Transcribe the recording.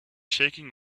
shaking